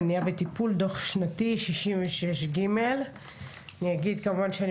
מניעה וטיפול דוח שנתי 66ג. אני אגיד כמובן שאני